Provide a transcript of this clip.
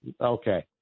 Okay